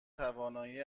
توانایی